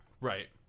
right